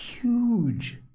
huge